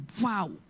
wow